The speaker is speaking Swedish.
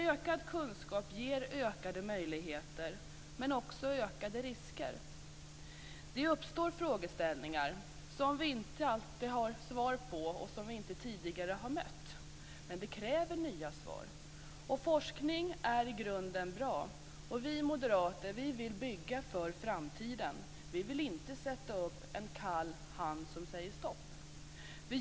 Ökad kunskap ger ökade möjligheter men också ökade risker. Det uppstår frågeställningar som vi inte alltid har svar på och som vi inte tidigare har mött. Men det kräver nya svar, och forskning är i grunden bra. Vi moderater vill bygga för framtiden. Vi vill inte sätta upp en kall hand som säger stopp.